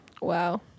Wow